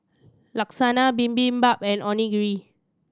Bibimbap and Onigiri